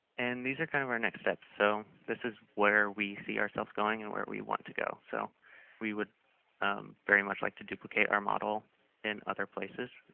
and these are kind of our next steps, so this is where we see ourselves going and where we want to go, so we would very much like to duplicate our model in other places.